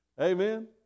Amen